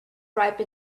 ripe